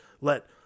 let